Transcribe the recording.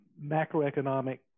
macroeconomic